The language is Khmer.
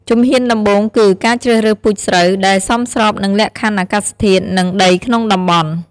ជំហានដំបូងគឺ ការជ្រើសរើសពូជស្រូវ ដែលសមស្របនឹងលក្ខខណ្ឌអាកាសធាតុ និងដីក្នុងតំបន់។